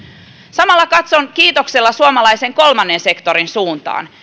samalla katson kiitoksella suomalaisen kolmannen sektorin suuntaan